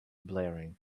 blaring